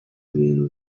bintu